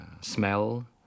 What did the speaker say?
smell